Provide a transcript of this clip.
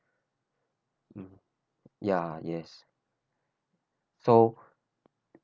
yeah yes so